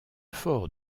fort